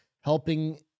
helping